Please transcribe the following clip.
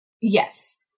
Yes